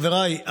חבריי,